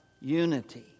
unity